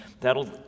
that'll